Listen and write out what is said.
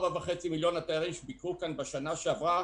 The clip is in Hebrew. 4.5 מיליון התיירים שביקרו כאן בשנה שעברה